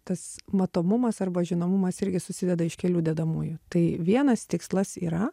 tas matomumas arba žinomumas irgi susideda iš kelių dedamųjų tai vienas tikslas yra